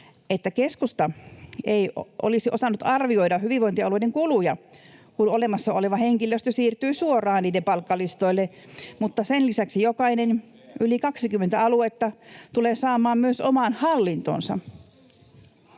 että keskusta ei olisi osannut arvioida hyvinvointialueiden kuluja, kun olemassa oleva henkilöstö siirtyy suoraan niiden palkkalistoille [Antti Kurvisen välihuuto] mutta sen lisäksi jokainen, yli 20 aluetta, tulee saamaan myös oman hallintonsa?